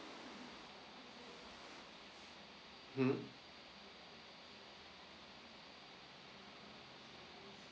mm